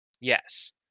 Yes